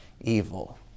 evil